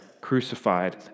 crucified